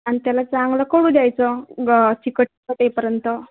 आणि त्याला चांगलं कढू द्यायचं ग चिकटतं ते पर्यंत